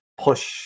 push